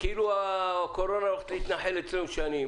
כאילו הקורונה הולכת להתנחל אצלנו שנים.